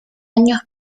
años